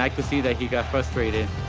i could see that he got frustrated.